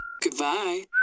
Goodbye